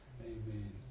amen